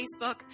Facebook